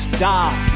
Stop